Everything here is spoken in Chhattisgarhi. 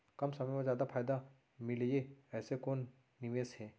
कम समय मा जादा फायदा मिलए ऐसे कोन निवेश हे?